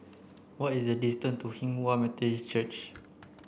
what is the distance to Hinghwa Methodist Church